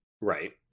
Right